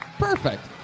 Perfect